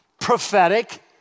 prophetic